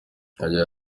agira